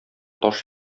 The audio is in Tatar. таш